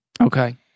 Okay